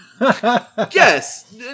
Yes